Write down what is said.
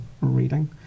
reading